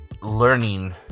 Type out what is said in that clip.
learning